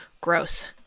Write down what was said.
gross